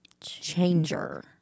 changer